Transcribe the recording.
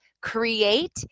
create